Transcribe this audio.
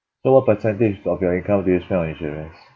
so what percentage of your income do you spend on insurance